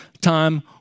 time